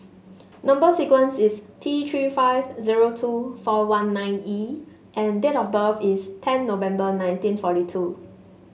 number sequence is T Three five zero two four one nine E and date of birth is ten November nineteen forty two